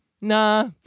nah